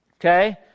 Okay